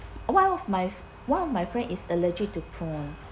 one of my one of my friend is allergic to prawn